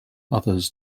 others